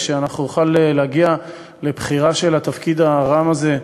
ואנחנו נוכל להגיע לבחירה של התפקיד הרם הזה,